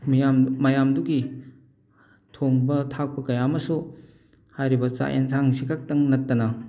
ꯃꯤꯌꯥꯝ ꯃꯌꯥꯝꯗꯨꯒꯤ ꯊꯣꯡꯕ ꯊꯥꯛꯄ ꯀꯌꯥ ꯑꯃꯁꯨ ꯍꯥꯏꯔꯤꯕ ꯆꯥꯛ ꯌꯦꯟꯁꯥꯡꯁꯤꯈꯛꯇꯪ ꯅꯠꯇꯅ